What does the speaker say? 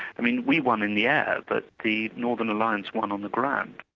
i mean we won in the air but the northern alliance won on the ground.